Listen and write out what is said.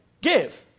give